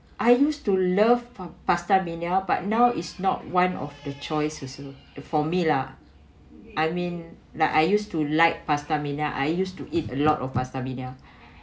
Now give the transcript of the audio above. I used to love for pastamania but now is not one of the choice to choose for me lah I mean like I used to like pastamania I used to eat a lot of pastamania